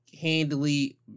handily